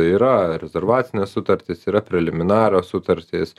yra rezervacinė sutartis yra preliminarios sutartys